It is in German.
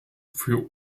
für